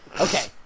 Okay